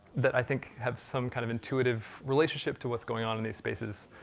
that i think have some kind of intuitive relationship to what's going on in these spaces,